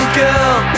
girl